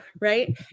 right